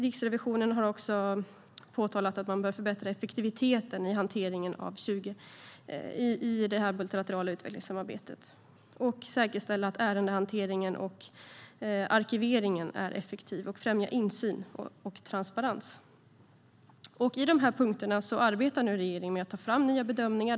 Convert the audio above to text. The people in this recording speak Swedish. Riksrevisionen har också påtalat att man bör förbättra effektiviteten i det multilaterala samarbetet och säkerställa att ärendehanteringen och arkiveringen är effektiv och främjar insyn och transparens. Under de här punkterna arbetar nu regeringen med att ta fram nya bedömningar.